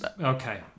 Okay